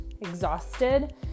exhausted